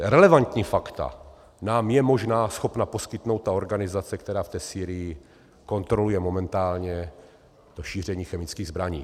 Relevantní fakta nám je možná schopná poskytnout organizace, která v Sýrii kontroluje momentálně to šíření chemických zbraní.